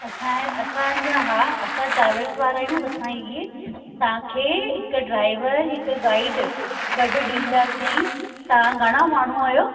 असांजे असां ईअं हा असां ट्रैवल्स वारा आहियूं असां इहे तव्हांखे हिकु ड्राइवर हिकु गाइड गॾु ॾींदासीं तव्हां घणा माण्हू आहियो